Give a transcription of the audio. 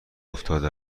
افتاده